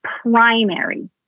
primary